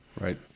Right